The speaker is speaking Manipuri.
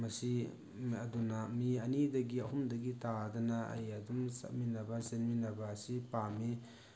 ꯃꯁꯤ ꯑꯗꯨꯅ ꯃꯤ ꯑꯅꯤꯗꯒꯤ ꯑꯍꯨꯝꯗꯒꯤ ꯇꯥꯗꯅ ꯑꯩ ꯑꯗꯨꯝ ꯆꯠꯃꯤꯟꯅꯕ ꯆꯦꯟꯃꯤꯟꯅꯕ ꯑꯁꯤ ꯄꯥꯝꯃꯤ